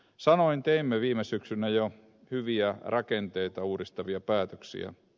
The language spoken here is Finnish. samoin teimme viime syksynä jo hyviä rakenteita uudistavia päätöksiä